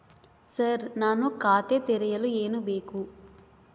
Sir ನಾನು ಖಾತೆ ತೆರೆಯಲು ಏನು ಬೇಕು?